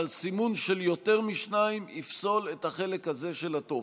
אבל סימון של יותר משניים יפסול את החלק הזה של הטופס.